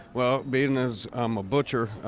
well, being as i'm a butcher,